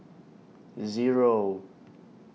Zero